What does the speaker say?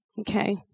Okay